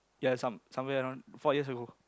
ya some some where around four years ago